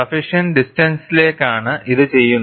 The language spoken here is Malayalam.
സഫിഷ്യന്റ് ഡിസ്റ്റൻസിലേക്കാണ് ഇത് ചെയ്യുന്നത്